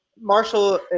Marshall